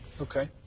Okay